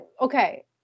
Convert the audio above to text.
okay